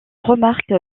remarque